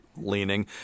leaning